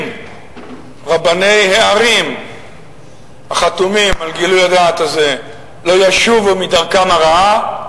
אם רבני הערים החתומים על גילוי הדעת הזה לא ישובו מדרכם הרעה,